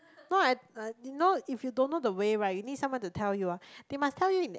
no at uh you know if you don't know the way right you need someone to tell you ah they must tell you in